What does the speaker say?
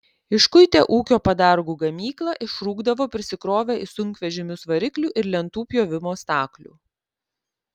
iškuitę ūkio padargų gamyklą išrūkdavo prisikrovę į sunkvežimius variklių ir lentų pjovimo staklių